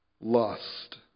lust